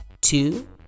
Two